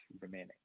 remaining